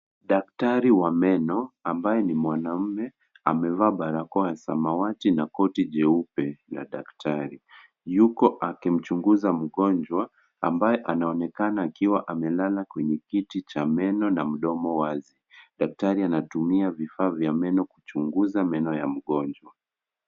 Daktari wa meno, ambaye ni mwanaume, amevaa barakoa ya samawati na koti jeupe ya daktari. Yuko akimchunguza mgonjwa, ambaye anaonekana akiwa amelala kwenye kiti cha meno na mdomo wazi. Daktari anatumia vifaa vya meno kuchunguza meno ya mgonjwa.